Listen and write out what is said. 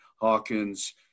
Hawkins